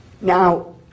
Now